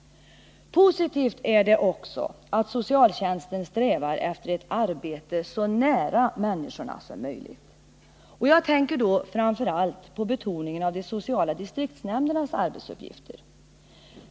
Positivt är också att socialtjänsten strävar efter ett arbete så nära människorna som möjligt. Jag tänker då framför allt på betoningen av de sociala distriktsnämndernas arbetsuppgifter.